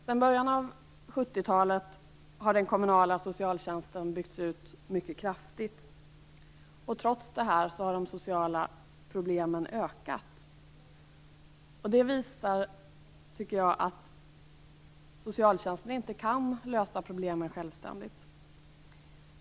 Sedan början av 70-talet har den kommunala socialtjänsten byggts ut mycket kraftigt. Trots detta har de sociala problemen ökat. Det visar att socialtjänsten inte kan lösa problemen självständigt.